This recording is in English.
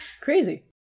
crazy